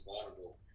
vulnerable